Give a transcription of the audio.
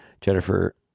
Jennifer